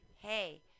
Hey